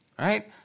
right